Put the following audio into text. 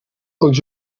els